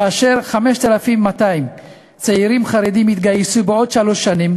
כאשר 5,200 צעירים חרדים יתגייסו בעוד שלוש שנים,